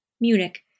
Munich